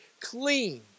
clean